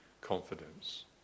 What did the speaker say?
confidence